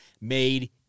made